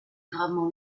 gravement